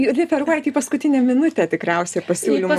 referuojat į paskutinę minutę tikriausiai pasiūlymo